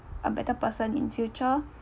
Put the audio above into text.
a better person in future